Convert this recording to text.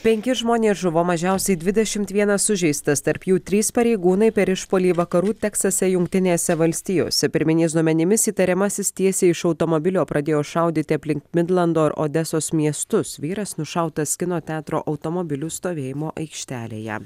penki žmonės žuvo mažiausiai dvidešimt vienas sužeistas tarp jų trys pareigūnai per išpuolį vakarų teksase jungtinėse valstijose pirminiais duomenimis įtariamasis tiesiai iš automobilio pradėjo šaudyti aplink midlando ir odesos miestus vyras nušautas kino teatro automobilių stovėjimo aikštelėje